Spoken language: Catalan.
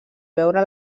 veure